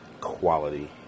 quality